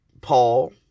Paul